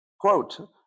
Quote